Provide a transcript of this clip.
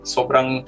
Sobrang